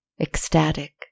ecstatic